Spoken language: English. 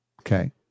Okay